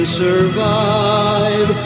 survive